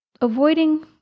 avoiding